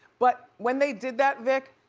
but when they did that, vic,